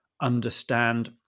understand